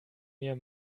mir